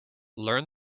learn